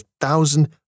thousand